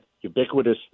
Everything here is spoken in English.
ubiquitous